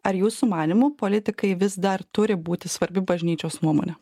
ar jūsų manymu politikai vis dar turi būti svarbi bažnyčios nuomonė